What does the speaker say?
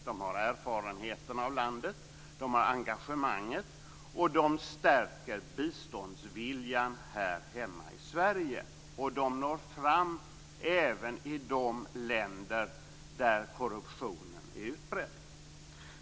De har erfarenheterna av landet. De har engagemanget. De stärker biståndsviljan här hemma i Sverige. De når fram även i de länder där korruptionen är utbredd.